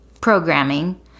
programming